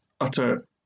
utter